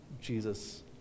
Jesus